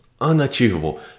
unachievable